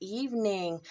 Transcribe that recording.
evening